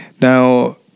Now